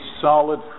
solid